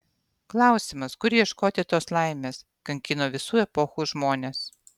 klausimas kur ieškoti tos laimės kankino visų epochų žmones